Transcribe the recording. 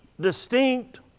distinct